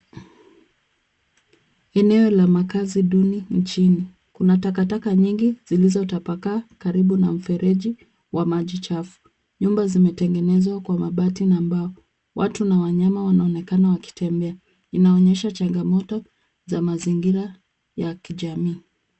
Eneo la makazi duni mjini. Kuna takataka nyingi zilizotapakaa karibu na mfereji wa maji chafu. Nyumba zimetengenezwa kwa mabati na mbao. Watu na wanyama wanaonekana wakitembea, inaonyesha changamoto za mazingira ya kijamii.